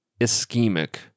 ischemic